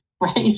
right